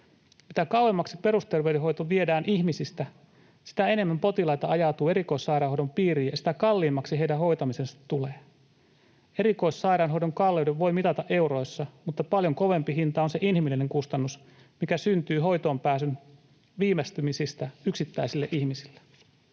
Mitä kauemmaksi perusterveydenhoito viedään ihmisistä, sitä enemmän potilaita ajautuu erikoissairaanhoidon piiriin ja sitä kalliimmaksi heidän hoitamisensa tulee. Erikoissairaanhoidon kalleuden voi mitata euroissa, mutta paljon kovempi hinta on se inhimillinen kustannus, mikä syntyy hoitoonpääsyn viivästymisistä yksittäisille ihmisille.